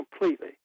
completely